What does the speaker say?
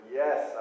yes